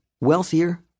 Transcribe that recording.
wealthier